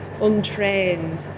untrained